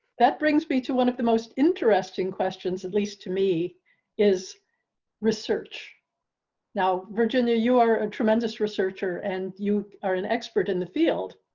that brings me to one of the most interesting questions, at least to me is research now, virginia. you are a tremendous researcher and you are an expert in the field.